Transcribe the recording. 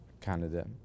Canada